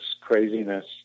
craziness